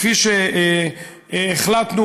כפי שהחלטנו,